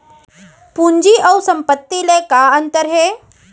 पूंजी अऊ संपत्ति ले का अंतर हे?